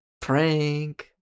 Prank